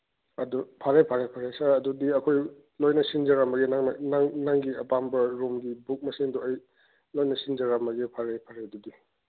ꯑꯗꯨ ꯐꯔꯦ ꯐꯔꯦ ꯐꯔꯦ ꯁꯔ ꯑꯗꯨꯗꯤ ꯑꯩꯈꯣꯏ ꯂꯣꯏꯅ ꯁꯤꯟꯖꯔꯝꯃꯒꯦ ꯅꯪꯒꯤ ꯑꯄꯥꯝꯕ ꯔꯨꯝꯒꯤ ꯕꯨꯛ ꯃꯁꯤꯡꯗꯨ ꯑꯩ ꯂꯣꯏꯅ ꯁꯤꯟꯖꯔꯝꯃꯒꯦ ꯐꯔꯦ ꯐꯔꯦ ꯑꯗꯨꯗꯤ